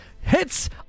hits